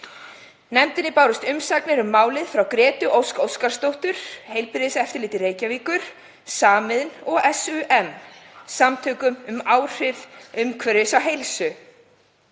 Nefndinni bárust umsagnir um málið frá Gretu Ósk Óskarsdóttur, Heilbrigðiseftirliti Reykjavíkur, Samiðn og SUM – Samtökum um áhrif umhverfis á heilsu.